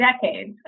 decades